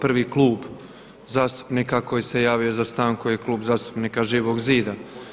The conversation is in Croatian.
Prvi Klub zastupnika koji se javio za stanku je Klub zastupnika Živog zida.